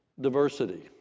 diversity